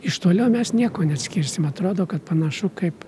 iš toliau mes nieko neatskirsim atrodo kad panašu kaip